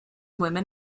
women